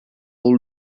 hold